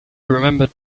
remembered